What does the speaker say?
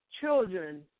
children